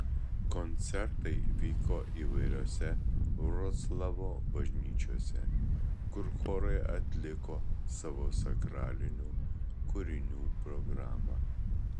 koncertai vyko įvairiose vroclavo bažnyčiose kur chorai atliko savo sakralinių kūrinių programą